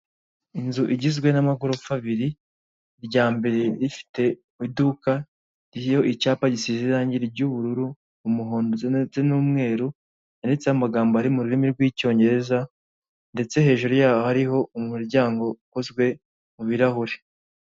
Inzu igizwe n'amagorofa abiri irya mbere rifite iduka iyo icyapa gisize irangi ry'ubururu umuhondo ndetse n'umweru yanditseho amagambo ari mu rurimi rw'icyongereza ndetse hejuru yaho hariho umuryango ukozwe mu ibirahuri.